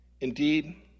Indeed